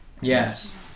Yes